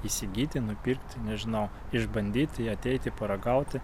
įsigyti nupirkti nežinau išbandyti ateiti paragauti